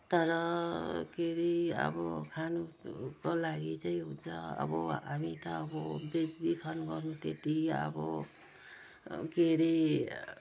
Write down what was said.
तर के अरे अब खानको लागि चाहिँ हुन्छ अब हामी त अब बेचबिखन गर्नु त्यत्ति अब के अरे